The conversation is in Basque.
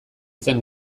zen